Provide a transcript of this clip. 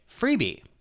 freebie